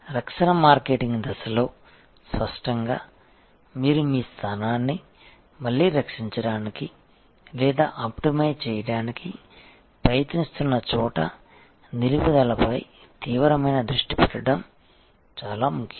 రక్షణ మార్కెటింగ్ దశలో స్పష్టంగా మీరు మీ స్థానాన్ని మళ్లీ రక్షించడానికి లేదా ఆప్టిమైజ్ చేయడానికి ప్రయత్నిస్తున్న చోట నిలుపుదలపై తీవ్రమైన దృష్టి పెట్టడం చాలా ముఖ్యం